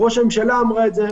ראש הממשלה אמר את זה,